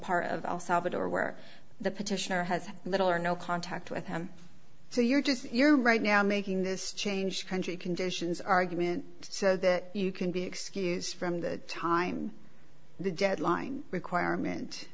part of el salvador where the petitioner has little or no contact with him so you're just you're right now making this change country conditions argument so that you can be excused from the time the deadline requirement